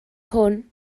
hwn